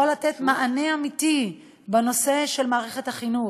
יכול לתת מענה אמיתי בנושא של מערכת החינוך.